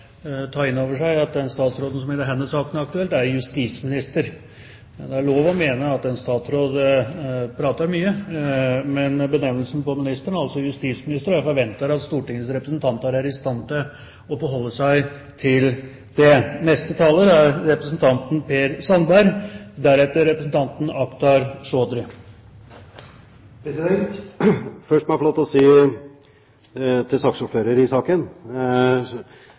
ta inn over seg at den statsråden som i denne saken er aktuell, er justisminister. Det er lov å mene at en statsråd prater mye, men benevnelsen på ministeren er altså justisminister, og presidenten forventer at Stortingets representanter er i stand til å forholde seg til det. Først må jeg få lov til å presisere overfor ordføreren i saken,